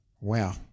wow